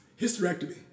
hysterectomy